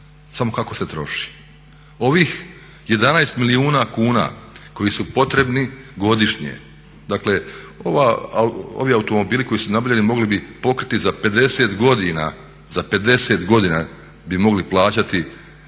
samo kako se troši. Ovih 11 milijuna kuna koji su potrebni godišnje, dakle ovi automobili koji su nabavljeni mogli bi pokriti za 50 godina, za 50 godina bi mogli plaćati